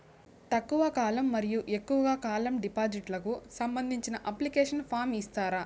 తక్కువ కాలం మరియు ఎక్కువగా కాలం డిపాజిట్లు కు సంబంధించిన అప్లికేషన్ ఫార్మ్ ఇస్తారా?